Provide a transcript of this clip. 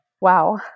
Wow